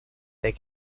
their